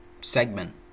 segment